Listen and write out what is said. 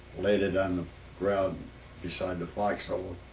laid it on the ground beside the foxhole.